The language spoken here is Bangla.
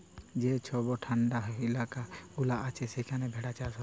যে ছব ঠাল্ডা ইলাকা গুলা আছে সেখালে ভেড়া চাষ হ্যয়